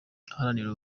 aharanira